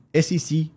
SEC